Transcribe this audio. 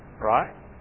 Right